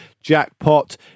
jackpot